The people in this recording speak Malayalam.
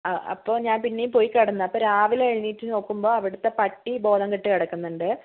അപ്പോൾ ഞാൻ പിന്നെയും പോയി കിടന്നു അപ്പോൾ രാവിലെ എണീറ്റ് നോക്കുമ്പോൾ അവിടുത്തെ പട്ടി ബോധംകെട്ട് കിടക്കുന്നുണ്ട്